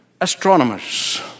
astronomers